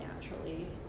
naturally